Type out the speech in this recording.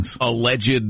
alleged